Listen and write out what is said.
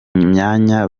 myanya